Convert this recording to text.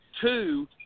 Two